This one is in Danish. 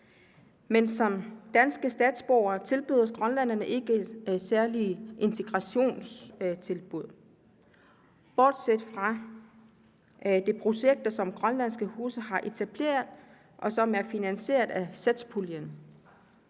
Men som danske statsborgere tilbydes grønlænderne ikke nogen særlige integrationstilbud bortset fra de projekter, som de grønlandske huse har etableret, og som er finansieret med satspuljemidler.